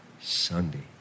Sunday